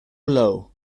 low